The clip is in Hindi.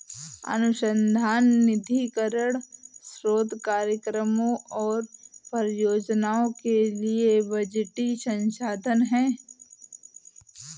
अनुसंधान निधीकरण स्रोत कार्यक्रमों और परियोजनाओं के लिए बजटीय संसाधन है